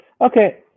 Okay